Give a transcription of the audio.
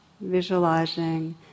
visualizing